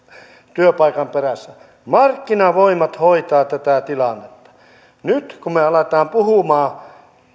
työpaikan perässä markkinavoimat hoitavat tätä tilannetta nyt kun me alamme puhumaan